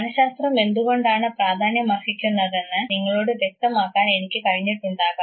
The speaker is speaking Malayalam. മനഃശാസ്ത്രം എന്തുകൊണ്ടാണ് പ്രാധാന്യമർഹിക്കുന്നത് എന്ന് നിങ്ങളോട് വ്യക്തമാക്കാൻ എനിക്ക് കഴിഞ്ഞിട്ടുണ്ടാകാം